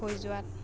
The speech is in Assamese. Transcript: হৈ যোৱাত